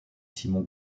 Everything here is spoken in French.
simon